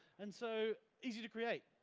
and so easy to create.